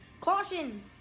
Caution